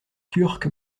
turque